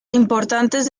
importantes